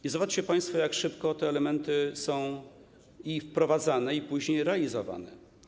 I zobaczcie państwo, jak szybko te elementy są wprowadzane i później realizowane.